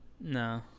No